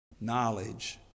knowledge